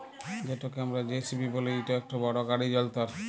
যেটকে আমরা জে.সি.বি ব্যলি ইট ইকট বড় গাড়ি যল্তর